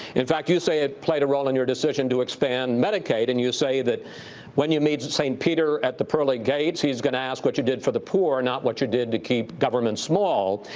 in fact, you say it played a role in your decision to expand medicaid, and you say that when you meet saint peter at the pearly gates, he's going to ask what you did for the poor, not what you did to keep government small.